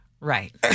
Right